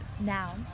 now